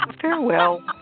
farewell